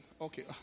okay